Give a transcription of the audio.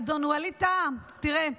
אדון ווליד טאהא, תראה,